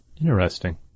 interesting